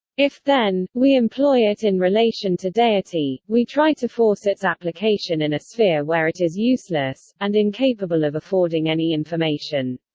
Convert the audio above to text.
if, then, we employ it in relation to deity, we try to force its application in a sphere where it is useless, and incapable of affording any information.